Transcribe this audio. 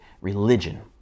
religion